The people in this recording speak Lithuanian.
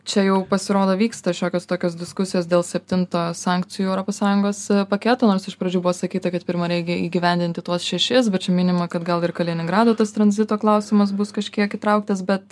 čia jau pasirodo vyksta šiokios tokios diskusijos dėl septinto sankcijų europos sąjungos paketo nors iš pradžių buvo sakyta kad pirma reikia įgyvendinti tuos šešis bet čia minima kad gal ir kaliningrado tas tranzito klausimas bus kažkiek įtrauktas bet